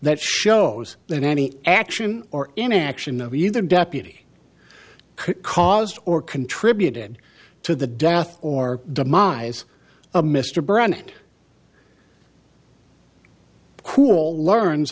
that shows that any action or inaction of either deputy caused or contributed to the death or the minds of mr brown cool learns